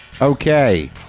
Okay